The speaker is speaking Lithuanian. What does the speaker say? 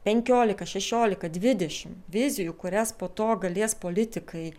penkiolika šešiolika dvidešimt vizijų kurias po to galės politikai